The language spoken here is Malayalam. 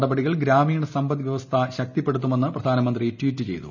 നടപടികൾ ഗ്രാമീണ സമ്പദ് വൃഷ്ണിൾ ് ശക്തിപ്പെടുത്തുമെന്ന് പ്രധാനമന്ത്രി ട്വീറ്റ് ചെയ്തു